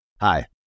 Hi